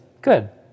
Good